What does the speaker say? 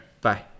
Bye